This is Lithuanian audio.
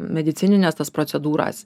medicinines tas procedūras